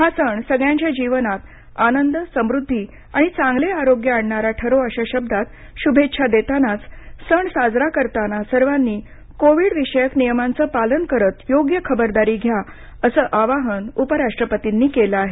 हा सण सगळ्यांच्या जीवनात आनंद समृद्धी आणि चांगले आरोग्य आणणारा ठरो अशा शब्दांत शुभेच्छा देतानाच सण साजरा करताना सर्वांनी कोविडविषयक नियमांचं पालन करत योग्य खबरदारी घ्या असं आवाहन उपराष्ट्रपतींनी केलं आहे